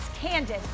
candid